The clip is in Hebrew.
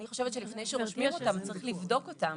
אני חושבת שלפני שרושמים אותם, צריך לבדוק אותם.